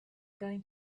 going